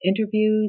interviews